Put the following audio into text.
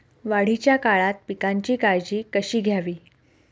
वाढीच्या काळात पिकांची काळजी कशी घ्यावी?